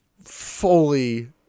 fully